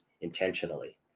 intentionally